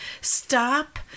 Stop